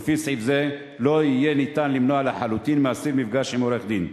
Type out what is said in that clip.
ולפי סעיף זה לא יהיה אפשר למנוע לחלוטין מאסיר מפגש עם עורך-דין.